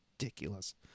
ridiculous